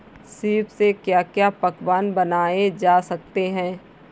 सीप से क्या क्या पकवान बनाए जा सकते हैं?